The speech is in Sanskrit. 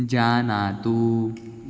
जानातु